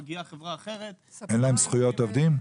מגיעה חברה אחרת --- אין להם זכויות עובדים?